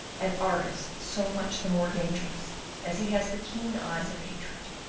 an argus so much the more dangerous as he has the keen eyes of hatred?